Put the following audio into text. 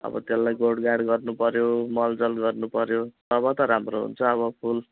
अब त्यसलाई गोडगाड गर्नु पऱ्यो मलजल गर्नु पऱ्यो तब त राम्रो हुन्छ अब फुल